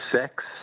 sex